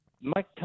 Mike